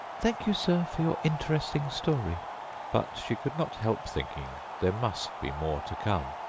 thank you, sir, for your interesting story but she could not help thinking there must be more to come,